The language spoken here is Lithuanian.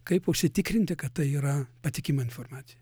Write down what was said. kaip užsitikrinti kad tai yra patikima informacija